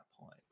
point